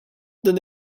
than